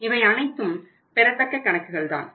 இவை அனைத்தும் பெறத்தக்க கணக்குகள் தான்